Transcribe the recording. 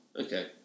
Okay